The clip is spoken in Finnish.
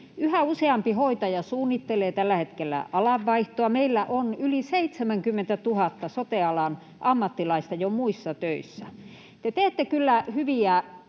Yhä useampi hoitaja suunnittelee tällä hetkellä alanvaihtoa. Meillä on jo yli 70 000 sote-alan ammattilaista muissa töissä. Te teette kyllä hyviä